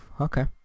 Okay